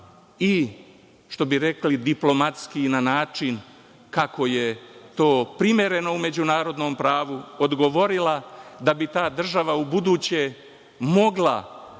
i, što bi rekli diplomatskiji, na način kako je to primereno u međunarodnom pravu, odgovorila, da bi ta država u buduće mogla